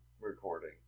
recording